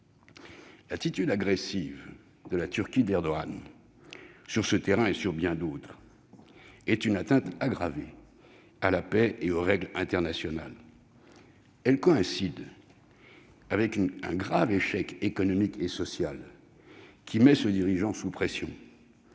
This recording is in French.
L'attitude agressive de la Turquie d'Erdogan, sur ce terrain et sur bien d'autres, est une atteinte aggravée à la paix et aux règles internationales. Elle coïncide avec un grave échec économique et social, qui met ce dirigeant sous pression.